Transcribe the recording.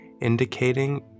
indicating